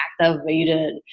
activated